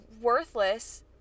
worthless